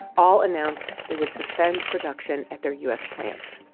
all announced they would suspend production at their u s. plants.